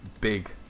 Big